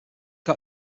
got